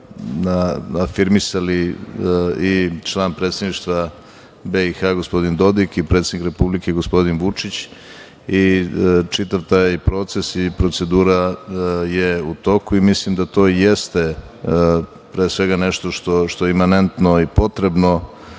takođe afirmisali i član Predsedništva BiH, gospodin Dodik i predsednik Republike, gospodin Vučić i čitav taj proces i procedura je u toku i mislim da to i jeste pre svega nešto što imanentno i potrebno